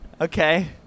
Okay